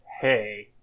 Hey